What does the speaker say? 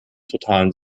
totalen